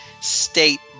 State